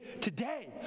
today